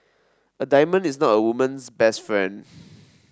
a diamond is not a woman's best friend